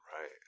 Right